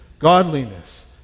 godliness